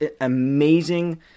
amazing